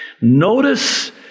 Notice